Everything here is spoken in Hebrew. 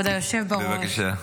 גברתי, בבקשה.